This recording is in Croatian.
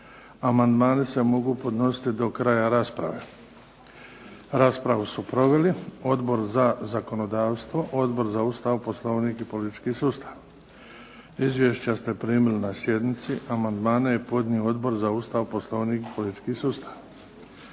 Amandmani se mogu podnositi do kraja rasprave. Raspravu su proveli Odbor za zakonodavstvo, Odbor za Ustav, Poslovnik i politički sustav. Izvješća ste primili na sjednici. Amandmane je podnio Odbor za Ustav, Poslovnik i politički sustav.